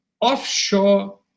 offshore